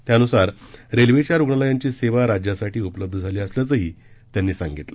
त्यानुसार रेल्वेच्या रुग्णालयांची सेवा राज्यासाठी उपलब्ध झाली असल्याचेही त्यांनी सांगितले